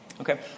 Okay